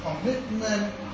commitment